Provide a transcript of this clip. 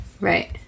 Right